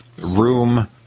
room